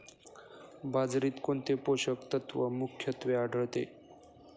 बाजरीत कोणते पोषक तत्व मुख्यत्वे आढळते?